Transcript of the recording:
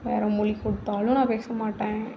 வேறு மொழி கொடுத்தாலும் நான் பேச மாட்டேன்